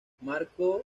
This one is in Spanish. marcó